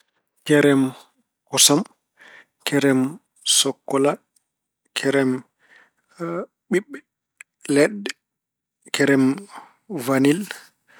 Kerem kosam, kerem sokkola, kerem ɓiɓɓe leɗɗe, kerem wanil.